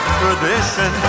tradition